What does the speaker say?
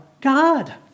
God